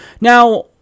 Now